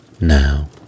Now